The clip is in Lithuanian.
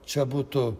čia būtų